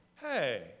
Hey